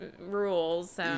rules